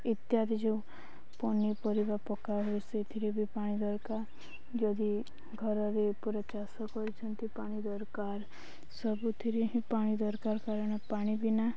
ଇତ୍ୟାଦି ଯେଉଁ ପନିପରିବା ପକା ହୁୁଏ ସେଇଥିରେ ବି ପାଣି ଦରକାର ଯଦି ଘରରେ ପୁରା ଚାଷ କରିଛନ୍ତି ପାଣି ଦରକାର ସବୁଥିରେ ହିଁ ପାଣି ଦରକାର କାରଣ ପାଣି ବିନା